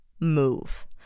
move